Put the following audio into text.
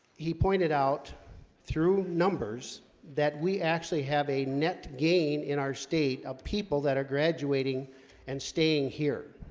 he pointed out through numbers that we actually have a net gain in our state of people that are graduating and staying here